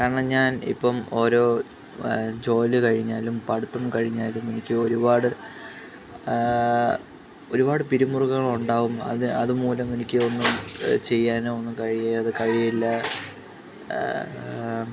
കാരണം ഞാൻ ഇപ്പം ഓരോ ജോലി കഴിഞ്ഞാലും പഠിത്തം കഴിഞ്ഞാലും എനിക്കൊരുപാട് ഒരുപാട് പിരിമുറുക്കങ്ങളുണ്ടാവും അത് അത് മൂലം എനിക്ക് ഒന്നും ചെയ്യാനോ ഒന്നും കഴിയാതെ കഴിയില്ല